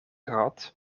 gehad